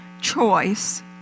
choice